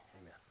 Amen